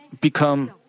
become